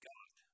God